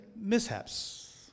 mishaps